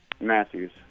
Matthews